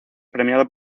premiado